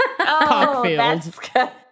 Cockfield